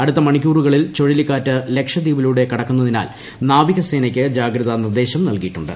അടുത്ത മണിക്കുറ്റുക്ളിൽ ചുഴലിക്കാറ്റ് ലക്ഷദ്വീപിലൂടെ കടക്കുന്നതിനാട്ടു നാവികസേനക്ക് ജാഗ്രതാ നിർദേശം നൽകിയിട്ടുണ്ട്